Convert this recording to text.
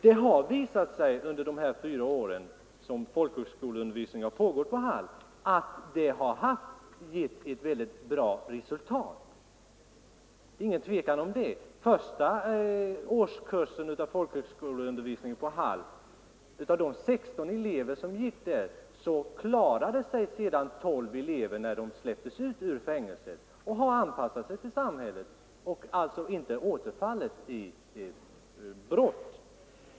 Det har också under de fyra år som folkhögskolundervisning har pågått på Hall visat sig att den givit mycket bra resultat. Det kan inte råda något tvivel om det. Av de 16 elever som genomgick första årskursen av folkhögskoleundervisningen på Hall har 12 sedan de släppts ut ur fängelset anpassat sig till samhället och alltså inte återfallit i brott.